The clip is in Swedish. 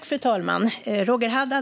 Fru talman!